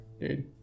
dude